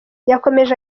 yakomeje